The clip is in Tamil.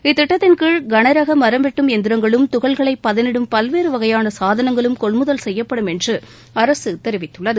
இத்திட்டத்தின் கீழ் கனரக மரம் வெட்டும் எந்திரங்களும் துகள்களை பதனிடும் பல்வேறு வகையான சாதனங்களும் கொள்முதல் செய்யப்படும் என்று அரசு கூறியுள்ளது